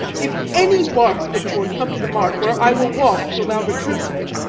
if any bark put forth, come to the mart, where i will walk till thou return to me.